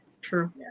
True